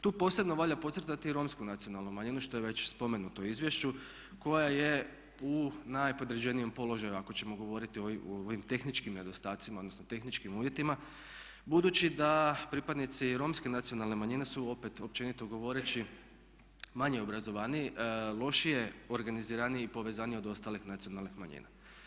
Tu posebno valja podcrtati Romsku nacionalnu manjinu što je već spomenuto u izvješću koja je u najpodređenijem položaju ako ćemo govoriti o ovim tehničkim nedostacima, odnosno tehničkim uvjetima budući da pripadnici i Romske nacionalne manjine su opet općenito govoreći manje obrazovaniji, lošije organiziraniji i povezaniji od ostalih nacionalnih manjina.